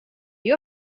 you